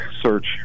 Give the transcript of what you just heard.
search